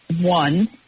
one